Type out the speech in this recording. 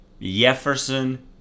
Jefferson